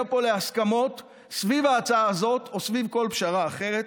פה להסכמות סביב ההצעה הזאת או סביב כל פשרה אחרת.